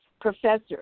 professor